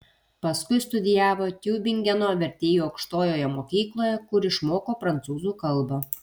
paskui studijavo tiubingeno vertėjų aukštojoje mokykloje kur išmoko prancūzų kalbą